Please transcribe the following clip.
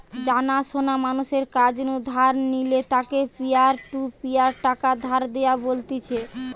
জানা শোনা মানুষের কাছ নু ধার নিলে তাকে পিয়ার টু পিয়ার টাকা ধার দেওয়া বলতিছে